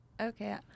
Okay